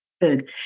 Good